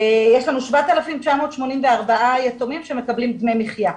יש לנו 7,984 יתומים שמקבלים דמי מחיה,